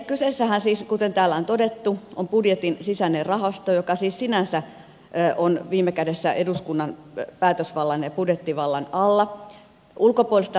kyseessähän siis kuten täällä on todettu on budjetin sisäinen rahasto joka sinänsä on viime kädessä eduskunnan päätösvallan ja budjettivallan alla